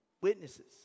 witnesses